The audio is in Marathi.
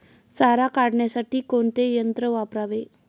सारा काढण्यासाठी कोणते यंत्र वापरावे?